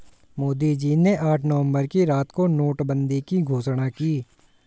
मोदी जी ने आठ नवंबर की रात को नोटबंदी की घोषणा की